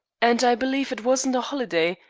and i believe it wasn't a holiday,